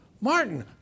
Martin